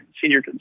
senior